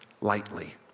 lightly